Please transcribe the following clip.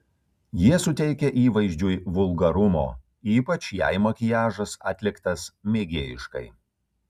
jie suteikia įvaizdžiui vulgarumo ypač jei makiažas atliktas mėgėjiškai